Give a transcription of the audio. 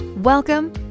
Welcome